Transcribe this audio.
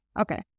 okay